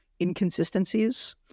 inconsistencies